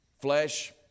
Flesh